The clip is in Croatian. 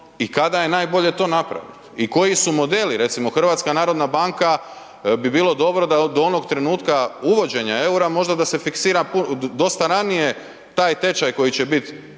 i kada je najbolje to napraviti i koji su modeli, recimo HNB bi bilo dobro da od onog trenutka uvođenja eura, možda da se fiksira dosta ranije taj tečaj koji će biti